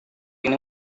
ini